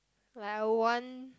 like I would want